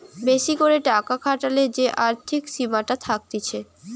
বেশি করে টাকা খাটালে যে আর্থিক সীমাটা থাকতিছে